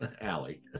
alley